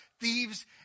thieves